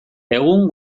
egun